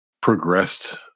progressed